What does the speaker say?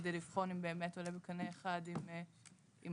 כדי לבחון אם באמת עולה בקנה אחד עם ההסכמה,